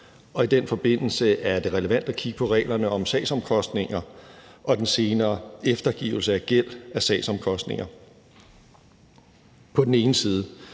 og i den forbindelse er det relevant at kigge på reglerne om sagsomkostninger og den senere eftergivelse af gæld for sagsomkostninger – som en del